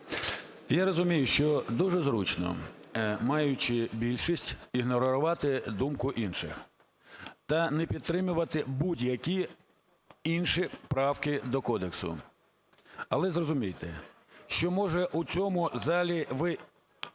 Я розумію, що дуже зручно, маючи більшість, ігнорувати думку інших та не підтримувати будь-які інші правки до кодексу. Але зрозумійте, що може у цьому залі ви